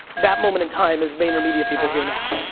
that moment in time is vaynermedia people, here now.